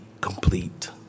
complete